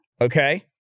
Okay